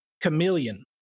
chameleon